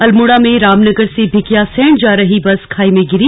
अल्मोड़ा में रामनगर से भिकियासैंण जा रही बस गहरी खाई में गिरी